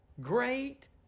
great